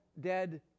dead